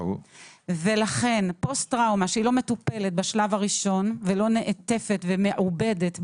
לכן פוסט טראומה שלא מטופלת בשלב הראשון ולא נעטפת ומעובדת,